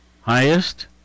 Highest